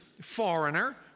foreigner